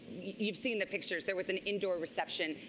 you've seen the pictures. there was an indoor reception.